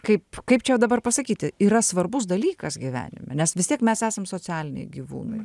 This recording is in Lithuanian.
kaip kaip čia dabar pasakyti yra svarbus dalykas gyvenime nes vis tiek mes esam socialiniai gyvūnai